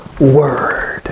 word